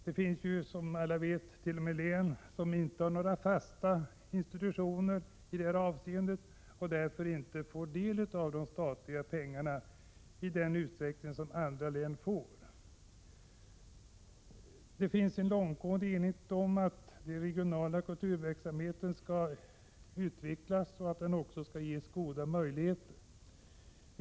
Det finns, som alla vet, t.o.m. län som inte har några fasta institutioner och därför inte får del av de statliga pengarna i den utsträckning som andra län får. Det finns en långtgående enighet om att den regionala kulturverksamheten skall utvecklas och ges goda möjligheter.